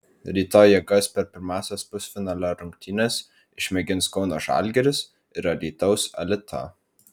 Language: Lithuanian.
rytoj jėgas per pirmąsias pusfinalio rungtynes išmėgins kauno žalgiris ir alytaus alita